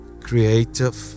Creative